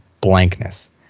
blankness